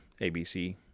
ABC